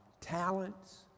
talents